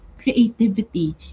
creativity